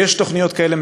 ויש תוכניות כאלה,